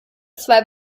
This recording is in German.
zwei